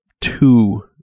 two